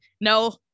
no